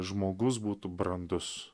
žmogus būtų brandus